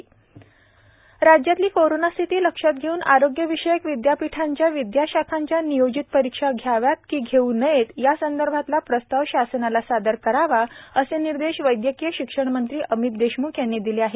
आढावा बैठक राज्यातली कोरोनास्थिती लक्षात घेऊन आरोग्यविषक विद्यापीठांच्या विद्याशाखांच्या नियोजित परीक्षा घ्याव्यात की घेऊ नयेत यासंदर्भातला प्रस्ताव शासनाला सादर करावा असे निर्देश वैदयकीय शिक्षणमंत्री अमित देशमुख यांनी दिले आहेत